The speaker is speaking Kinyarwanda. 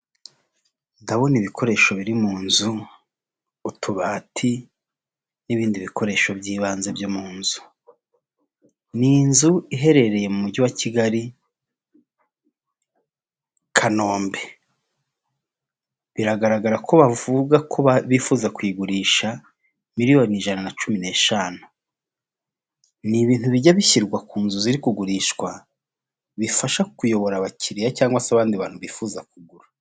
Ndabona ibikoresho biri mu nzu utubati n'ibindi bikoresho by'ibanze byo mu nzu, ni inzu iherereye mu mujyi wa Kigali Kanombe, biragaragara ko bavuga ko bifuza kuyigurisha miliyoni ijana na cumi n'eshanu, ni ibintu bijya bishyirwa ku nzu ziri kugurishwa, bifasha kuyobora abakiliya cyangwa se abandi bantu bifuza kugura.